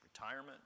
retirement